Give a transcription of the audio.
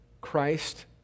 Christ